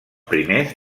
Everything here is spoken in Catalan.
primers